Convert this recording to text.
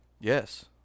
Yes